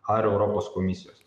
ar europos komisijos